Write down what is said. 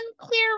unclear